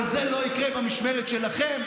אבל זה לא יקרה במשמרת שלכם,